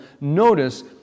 notice